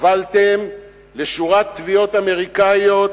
הובלתם לשורת תביעות אמריקניות